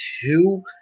two